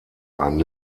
ein